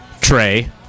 Trey